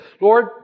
Lord